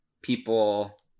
people